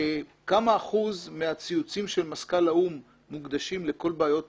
כמה אחוז מהציוצים של מזכ"ל האו"ם מוקדשים לכל בעיות העולם,